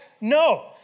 No